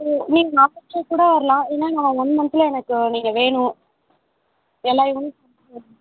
சரி நீங்கள் நாளைக்கே கூட வரலாம் ஏன்னால் நான் ஒன் மந்த்தில் எனக்கு நீங்கள் வேணும் எல்லா யூனிஃபார்மும்